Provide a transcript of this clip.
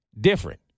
different